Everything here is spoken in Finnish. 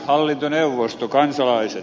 hallintoneuvosto kansalaiset